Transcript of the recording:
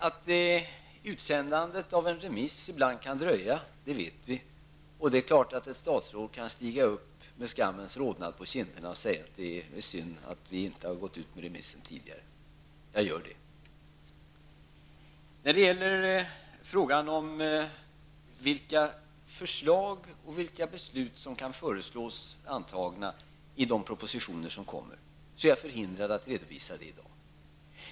Att utsändandet av en remiss ibland kan dröja vet vi, och det är klart att ett statsråd kan stiga upp med skammens rodnad på kinderna och säga att det är synd att vi inte gåt ut med remissen tidigare. Jag gör det! Frågan om vilka förslag som kan komma att läggas fram i propositionerna är jag i dag förhindrad att besvara.